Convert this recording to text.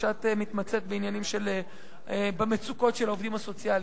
את מתמצאת במצוקות של העובדים הסוציאליים.